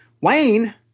Wayne